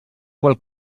qual